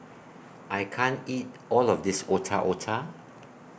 I can't eat All of This Otak Otak